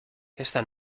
esta